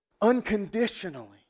unconditionally